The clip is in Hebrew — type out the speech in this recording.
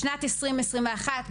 בשנת 2021,